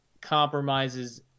compromises